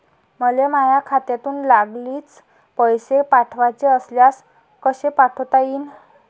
मले माह्या खात्यातून लागलीच पैसे पाठवाचे असल्यास कसे पाठोता यीन?